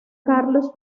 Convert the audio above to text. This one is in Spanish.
carlos